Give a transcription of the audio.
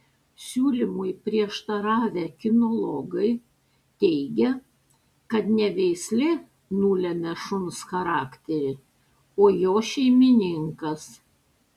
siūlymui prieštaravę kinologai teigia kad ne veislė nulemia šuns charakterį o jo šeimininkas